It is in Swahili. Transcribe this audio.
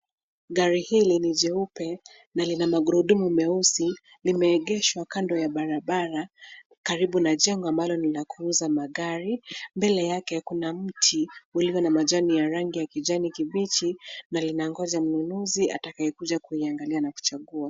Gari hili ni jeupe na lina magurudumu meusi, limeegeshwa kando ya barabara karibu na jengo ambalo ni la kuuza magari. Mbele yake kuna mti ulio na majani ya rangi ya kijani kibichi, na linangoja mnunuzi atakaye kuja kuiangalia na kuchagua.